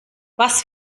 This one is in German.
was